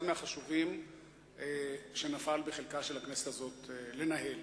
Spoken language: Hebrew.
מהחשובים שנפל בחלקה של הכנסת הזאת לנהל.